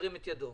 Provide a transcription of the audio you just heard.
ירים את ידו.